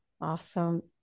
Awesome